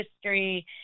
history